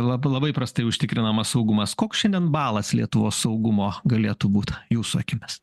la labai prastai užtikrinamas saugumas koks šiandien balas lietuvos saugumo galėtų būt jūsų akimis